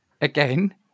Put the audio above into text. again